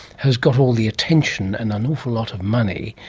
has got all the attention and an awful lot of money,